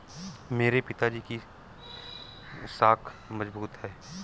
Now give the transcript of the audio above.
मेरे पिताजी की साख मजबूत है